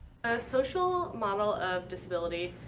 social model of disability